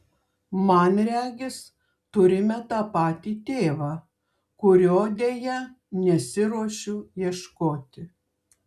man regis turime tą patį tėvą kurio deja nesiruošiu ieškoti